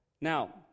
Now